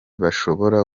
bashobora